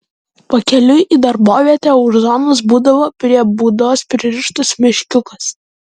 pakeliui į darbovietę už zonos būdavo prie būdos pririštas meškiukas